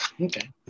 Okay